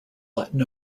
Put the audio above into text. latin